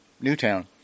Newtown